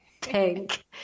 pink